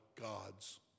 God's